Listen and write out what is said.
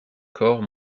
corps